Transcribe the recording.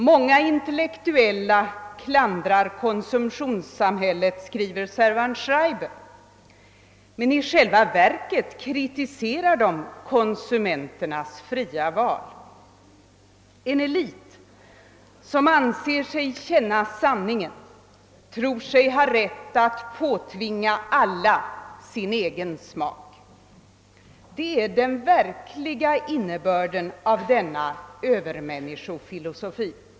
Många intellektuella klandrar konsumtionssamhället, skriver Servan-Schreiber, men i själva verket kritiserar de konsumenternas fria val. En elit som anser sig känna sanningen tror sig ha rätt att påtvinga alla sin egen smak. Det är den verkliga innebörden av denna övermänniskofilosofi.